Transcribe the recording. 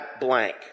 blank